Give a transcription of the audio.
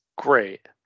great